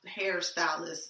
hairstylist